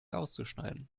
auszuschneiden